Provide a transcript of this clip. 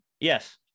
yes